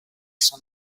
son